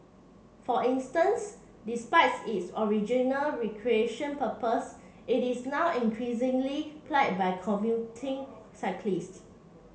for instance despite its original recreation purpose it is now increasingly plied by commuting cyclists